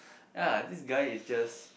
ah this guy is just